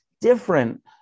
different